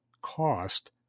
cost